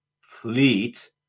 fleet